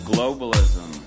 Globalism